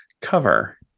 cover